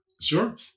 Sure